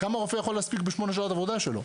כמה רופא יכול להספיק בשעות עבודה שלו.